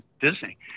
Disney